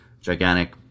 gigantic